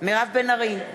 מירב בן ארי,